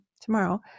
tomorrow